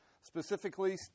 specifically